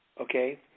okay